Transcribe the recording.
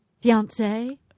fiance